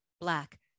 Black